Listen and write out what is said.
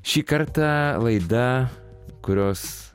šį kartą laida kurios